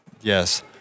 Yes